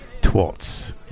twats